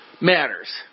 matters